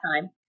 time